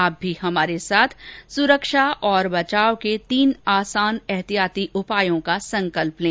आप भी हमारे साथ सुरक्षा और बचाव के तीन आसान एहतियाती उपायों का संकल्प लें